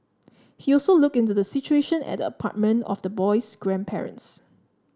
he also looked into the situation at the apartment of the boy's grandparents